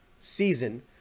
season